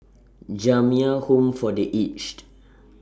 Jamiyah Home For The Aged